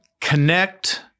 connect